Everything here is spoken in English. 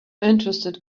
interested